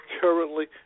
currently